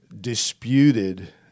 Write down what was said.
disputed